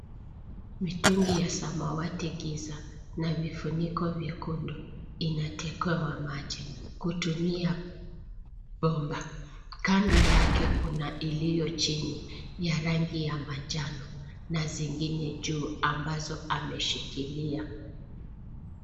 Mitungi ya samawati giza na vifuniko vyekundu inategewa maji kutumia bomba. Kando yake kuna iliyo chini ya rangi ya manjano na zingine juu ambazo ameshikilia.